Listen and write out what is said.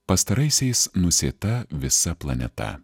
pastaraisiais nusėta visa planeta